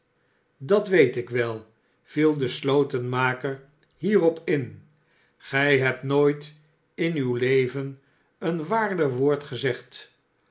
dat weet ik wel viel de slotenmaker hierop in gij hebt nooit in uw leven een waarder woord gezegd